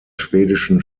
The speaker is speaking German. schwedischen